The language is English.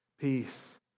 peace